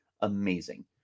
amazing